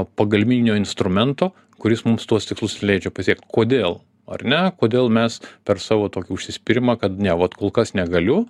pagalbinio instrumento kuris mums tuos tikslus ir leidžia pasiekt kodėl ar ne kodėl mes per savo tokį užsispyrimą kad ne vat kolkas negaliu